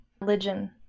religion